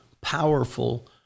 powerful